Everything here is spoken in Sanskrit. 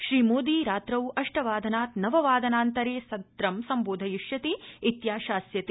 श्रीमोदी रात्रौ अष्ट वादनात् नव वादन अन्तरे संत्रं सम्बोधयिष्यति इत्याशास्यते